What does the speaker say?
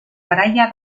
garaia